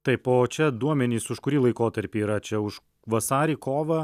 taip o čia duomenys už kurį laikotarpį yra čia už vasarį kovą